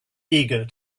eager